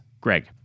Greg